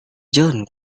john